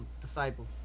disciple